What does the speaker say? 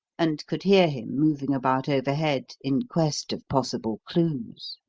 and could hear him moving about overhead in quest of possible clues.